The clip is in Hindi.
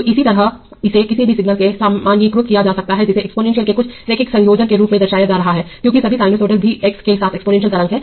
तो इसी तरह इसे किसी भी सिग्नल में सामान्यीकृत किया जा सकता है जिसे एक्सपोनेंशियल के कुछ रैखिक संयोजन के रूप में दर्शाया जा रहा है क्योंकि सभी साइनसॉइडल भी एक्स के साथ एक्सपोनेंशियल तरंग है